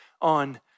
on